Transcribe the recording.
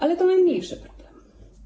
Ale to najmniejszy problem.